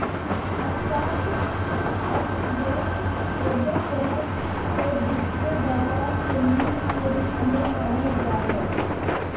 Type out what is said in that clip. stock exchange एगो तरह से वित्तीय बाजार के नींव के रूप मे मानल जा हय